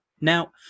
Now